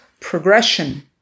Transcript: progression